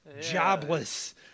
jobless